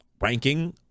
ranking